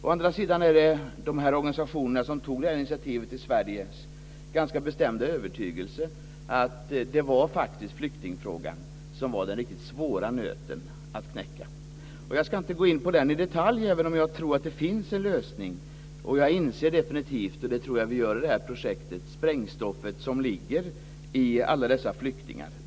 Å andra sidan är de organisationer som tog detta initiativ i Sverige ganska övertygade om att det var flyktingfrågan som var den riktigt svåra nöten att knäcka. Jag ska inte gå in på den i detalj, även om jag tror att det finns en lösning. Jag inser definitivt - det tror jag att vi gör i detta projekt - sprängstoffet som ligger i alla dessa flyktingar.